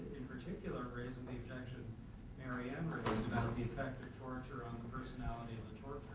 in particular it raises the objection mary anne raised about the effect of torture on the personality of the